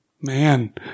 man